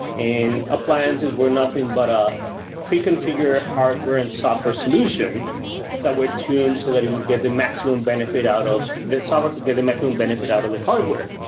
and appliances were nothing but a pre-configure hardware and software solution that were tuned so that it would get the maximum benefit out of the software could get a and maximum benefit out of the hardware.